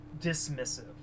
dismissive